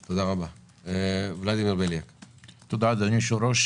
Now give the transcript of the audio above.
תודה, אדוני היושב-ראש.